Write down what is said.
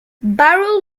barrel